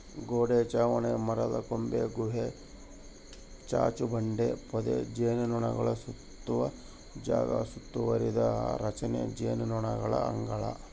ಗೋಡೆ ಚಾವಣಿ ಮರದಕೊಂಬೆ ಗುಹೆ ಚಾಚುಬಂಡೆ ಪೊದೆ ಜೇನುನೊಣಸುತ್ತುವ ಜಾಗ ಸುತ್ತುವರಿದ ರಚನೆ ಜೇನುನೊಣಗಳ ಅಂಗಳ